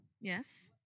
Yes